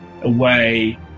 away